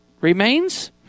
remains